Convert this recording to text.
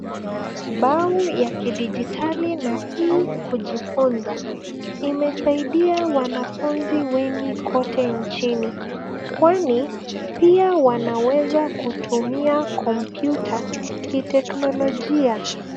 Bau ya kidijitali na E-kujifunza imesaidia wanafunzi wengi kote nchini kwani pia wanaweza kutumia kompyuta kiteknolojia.